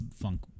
Funk